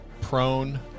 prone